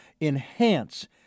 enhance